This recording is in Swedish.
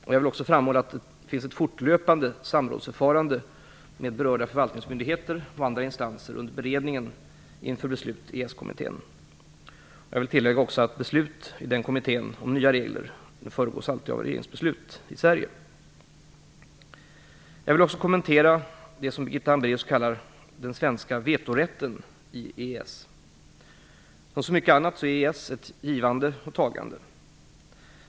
Jag vill också framhålla att det finns ett fortlöpande samrådsförfarande med berörda förvaltningsmyndigheter och andra instanser under beredningen inför beslut i EES-kommittén. Jag vill tillägga att beslut i den kommittén om nya regler alltid föregås av regeringsbeslut i Sverige. Jag vill också kommentera det som Birgitta Hambraeus kallar "den svenska vetorätten i EES". Som så mycket annat är EES ett givande och tagande.